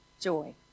joy